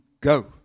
go